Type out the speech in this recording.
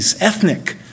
ethnic